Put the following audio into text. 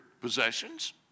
possessions